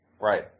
Right